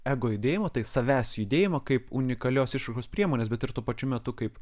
ego judėjimo savęs judėjimo kaip unikalios išraiškos priemonės bet ir tuo pačiu metu kaip